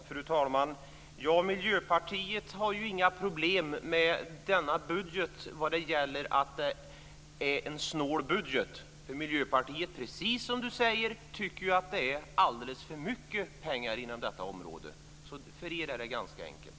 Fru talman! Miljöpartiet har inga problem med denna budget vad gäller att det är en snål budget. Miljöpartiet tycker ju, precis som Mikael Johansson säger, att det är alldeles för mycket pengar inom detta område. För er är det ganska enkelt.